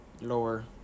Lower